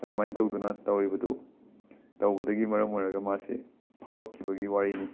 ꯑꯗꯨꯃꯥꯏꯅ ꯇꯧꯗꯨꯅ ꯇꯧꯔꯤꯕꯗꯨ ꯇꯧꯕꯗꯒꯤ ꯃꯔꯝ ꯑꯣꯏꯔꯒ ꯃꯥꯁꯤ ꯐꯥꯎꯔꯛꯈꯤꯕꯒꯤ ꯋꯥꯔꯤꯅꯤ